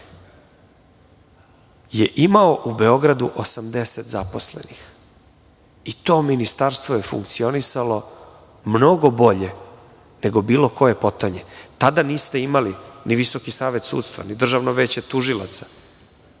je imao u Beogradu 80 zaposlenih, i to ministarstvo je funkcionisalo mnogo bolje nego bilo koje potonje. Tada niste imali ni Visoki savet sudstva, ni Državno veće tužilaca,